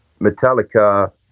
Metallica